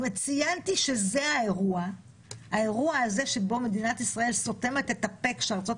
ציינתי שזה האירוע שבו מדינת ישראל סותמת את הפה כשארצות